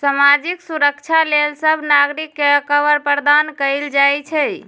सामाजिक सुरक्षा लेल सभ नागरिक के कवर प्रदान कएल जाइ छइ